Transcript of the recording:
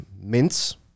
mints